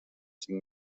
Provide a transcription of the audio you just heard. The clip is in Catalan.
cinc